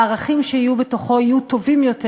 הערכים שיהיו בתוכו יהיו טובים יותר